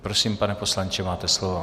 Prosím, pane poslanče, máte slovo.